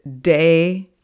day